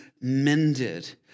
mended